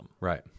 Right